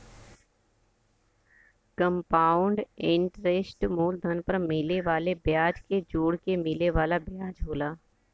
compound interest मूलधन पर मिले वाले ब्याज के जोड़के मिले वाला ब्याज होला